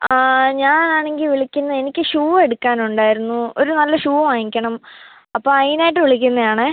ആ ഞാൻ ആണെങ്കിൽ വിളിക്കുന്നേ എനിക്ക് ഷൂ എടുക്കാനുണ്ടായിരുന്നു ഒരു നല്ല ഷൂ വാങ്ങിക്കണം അപ്പോൾ അതിനായിട്ട് വിളിക്കുന്നതാണേ